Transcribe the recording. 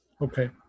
Okay